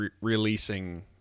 releasing